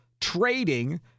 trading